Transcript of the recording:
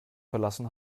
verlassen